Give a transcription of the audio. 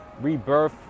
Rebirth